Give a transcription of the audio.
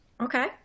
Okay